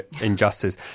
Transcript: injustice